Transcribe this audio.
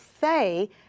say